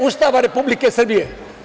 Ustava Republike Srbije.